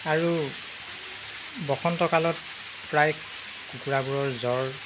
আৰু বসন্তকালত প্ৰায়ে কুকুৰাবোৰৰ জ্বৰ